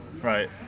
Right